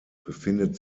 befindet